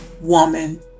woman